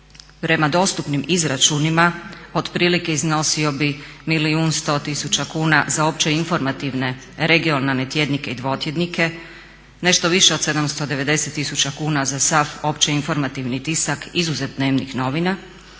prema dostupnim izračunima otprilike iznosio bi milijun 100 tisuća kuna za opće informativne regionalne tjednike i dvotjednike, nešto više od 790 tisuća kuna za sav opće informativni tisak izuzev dnevnih novina